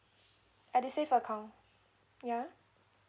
edusave account ya